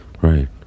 right